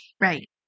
Right